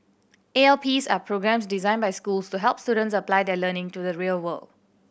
A L Ps are programmes designed by schools to help students apply their learning to the real world